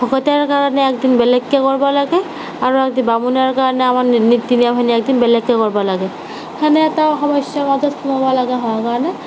ভকতীয়াৰ কাৰণে একদিন বেলেগকে কৰিব লাগে আৰু একদিন বামুণীয়াৰৰ কাৰণে আমাৰ নীতি নিয়মখিনি একদিন বেলেগকে কৰিব লাগে সেনে এটা সমস্য়াৰ মাজত সোমাব লগা হোৱাৰ কাৰণে